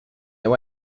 that